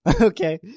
okay